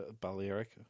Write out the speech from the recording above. Balearic